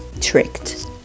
tricked